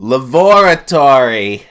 Laboratory